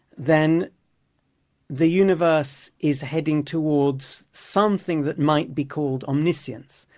then the universe is heading towards something that might be called omniscience.